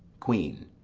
queen.